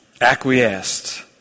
acquiesced